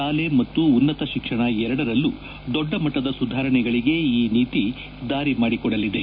ಶಾಲೆ ಮತ್ತು ಉನ್ನತ ಶಿಕ್ಷಣ ಎರಡರಲ್ಲೂ ದೊಡ್ಡ ಮಟ್ಸದ ಸುಧಾರಣೆಗಳಿಗೆ ಈ ನೀತಿ ದಾರಿ ಮಾದಿಕೊಡಲಿದೆ